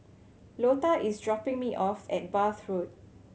Lota is dropping me off at Bath Road